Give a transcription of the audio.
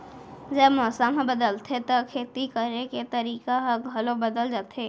जब मौसम ह बदलथे त खेती करे के तरीका ह घलो बदल जथे?